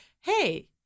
hey